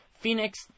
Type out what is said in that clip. Phoenix